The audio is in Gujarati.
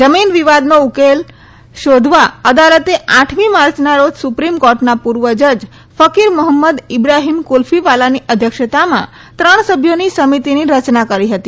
જમીન વિવાદનો યોગ્ય ઉકેલ શોધવા અદાલતે આઠમી માર્ચના રોજ સુપ્રિમ કોર્ટના પૂર્વ જજ ફકીર મોહમંદ ઈબ્રાહીમ કુલ્ફીવાલાની અધ્યક્ષતામાં ત્રણ સભ્યોની સમિતિની રચના કરી હતી